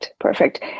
Perfect